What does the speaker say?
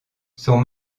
sont